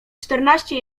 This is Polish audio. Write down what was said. czternaście